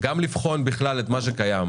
גם לבחון בכלל את מה שקיים,